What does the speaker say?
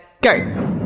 Go